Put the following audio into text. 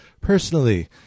personally